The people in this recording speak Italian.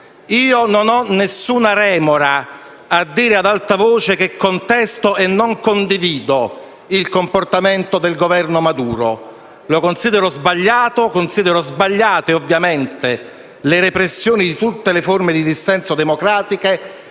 Io non ho alcuna remora a dire ad alta voce che contesto e non condivido il comportamento del Governo Maduro. Lo considero sbagliato e considero sbagliate, ovviamente, le repressioni di tutte le forme di dissenso democratiche